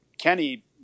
Kenny